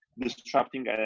disrupting